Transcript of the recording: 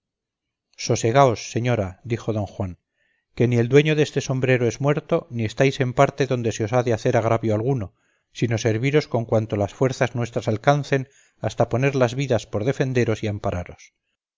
vida sosegaos señora dijo don juan que ni el dueño deste sombrero es muerto ni estáis en parte donde se os ha de hacer agravio alguno sino serviros con cuanto las fuerzas nuestras alcanzaren hasta poner las vidas por defenderos y ampararos